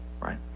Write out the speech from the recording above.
Right